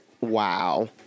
wow